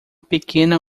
pequena